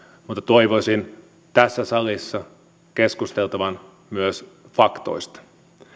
mutta toivoisin tässä salissa keskusteltavan myös faktoista